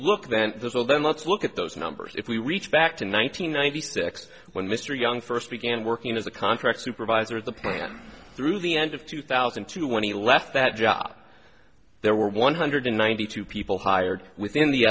let's look at those numbers if we reach back to one nine hundred ninety six when mr young first began working as a contract supervisor of the plan through the end of two thousand and two when he left that job there were one hundred ninety two people hired within the